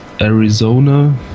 Arizona